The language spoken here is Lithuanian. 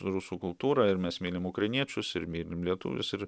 rusų kultūrą ir mes mylim ukrainiečius ir mylim lietuvius ir